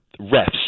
Refs